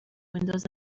windows